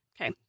okay